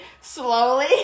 slowly